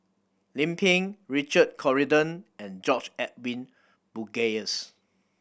Lim Pin Richard Corridon and George Edwin Bogaars